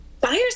buyers